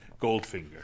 goldfinger